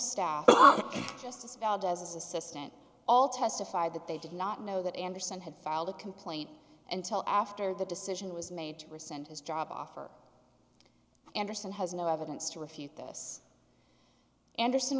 staff justice valdez assistant all testified that they did not know that andersen had filed a complaint until after the decision was made to rescind his job offer anderson has no evidence to refute this anderson